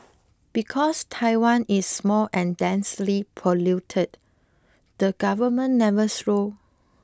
because Taiwan is small and densely populated the government never saw